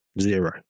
zero